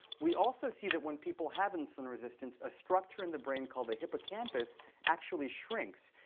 we also see that when people have insulin resistance, a structure in the brain called the hippocampus actually shrinks.